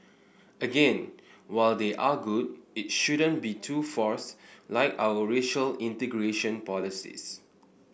again while they are good it shouldn't be too forced like our racial integration policies